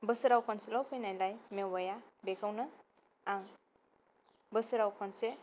बोसोराव खनसेल' फैनायलाय मेववाया बेखौनो आं बोसोराव खनसे